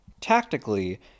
Tactically